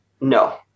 No